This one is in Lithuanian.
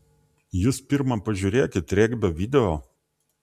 jūs pirma pažiūrėkit regbio video